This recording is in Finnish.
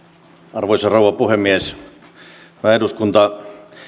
arvoisa rouva puhemies hyvä eduskunta